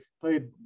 played